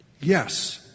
Yes